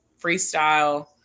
freestyle